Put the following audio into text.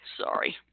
Sorry